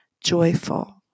joyful